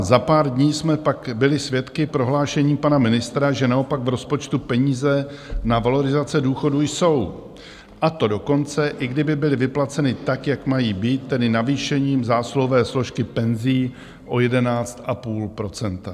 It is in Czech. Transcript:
Za pár dní jsme pak byli svědky prohlášení pana ministra, že naopak v rozpočtu peníze na valorizace důchodů jsou, a to dokonce i kdyby byly vyplaceny tak, jak mají být, tedy navýšením zásluhové složky penzí o 11,5 %.